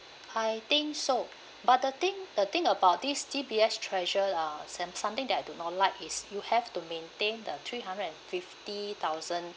I think so but the thing the thing about this D_B_S treasure uh some~ something that I do not like is you have to maintain the three hundred and fifty thousand